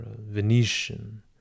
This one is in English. Venetian